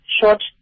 short